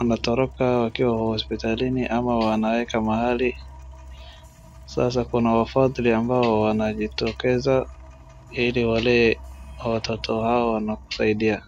wanatoroka wakiwa hospitalini ama wanaweka mahali. Sasa kuna wapadre ambao wanajitokeza ili walee watoto hao wanawasaidia.